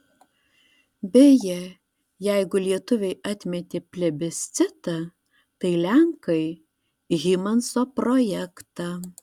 beje jeigu lietuviai atmetė plebiscitą tai lenkai hymanso projektą